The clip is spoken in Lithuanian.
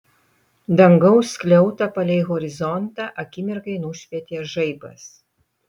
dangaus skliautą palei horizontą akimirkai nušvietė žaibas